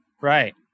Right